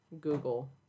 Google